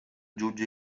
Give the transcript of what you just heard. jutge